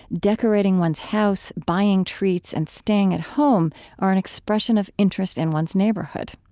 decorating one's house, buying treats, and staying at home are an expression of interest in one's neighborhood,